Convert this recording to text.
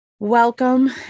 Welcome